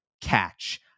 catch